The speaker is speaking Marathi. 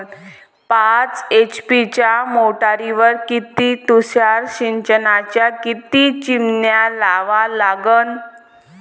पाच एच.पी च्या मोटारीवर किती तुषार सिंचनाच्या किती चिमन्या लावा लागन?